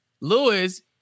Lewis